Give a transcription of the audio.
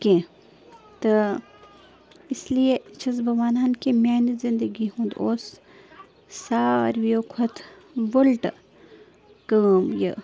کیٚنٛہہ تہٕ اسلیے چھِس بہٕ وَنان کہِ میٛانہِ زندگی ہُنٛد اوس ساروِیو کھۄتہٕ وٕلٹہٕ کٲم یہِ